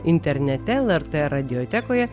internete lrt radiotekoje